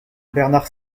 bernard